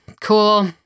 cool